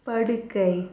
படுக்கை